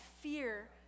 fear